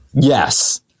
yes